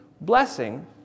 blessing